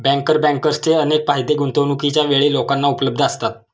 banker बँकर्सचे अनेक फायदे गुंतवणूकीच्या वेळी लोकांना उपलब्ध असतात